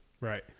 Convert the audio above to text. Right